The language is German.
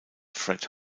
fred